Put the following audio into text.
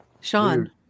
Sean